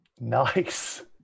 Nice